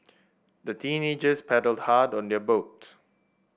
the teenagers paddled hard on their boat